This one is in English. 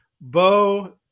Bo